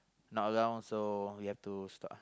not around so we have to stop